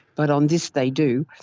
but on this they do.